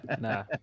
Nah